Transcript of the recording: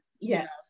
yes